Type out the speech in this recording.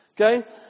Okay